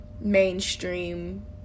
mainstream